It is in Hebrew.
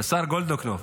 השר גולדקנופ?